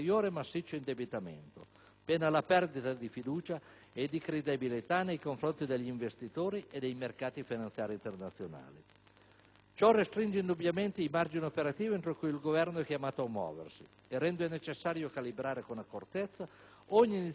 pena la perdita di fiducia e di credibilità nei confronti degli investitori e dei mercati finanziari internazionali. Ciò restringe indubbiamente i margini operativi entro cui il Governo è chiamato a muoversi e rende necessario calibrare con accortezza ogni iniziativa di politica economica,